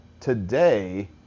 Today